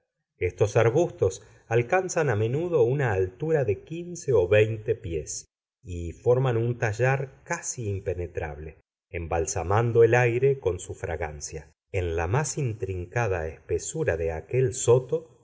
estos arbustos alcanzan a menudo una altura de quince o veinte pies y forman un tallar casi impenetrable embalsamando el aire con su fragancia en la más intrincada espesura de aquel soto